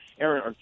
Aaron